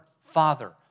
father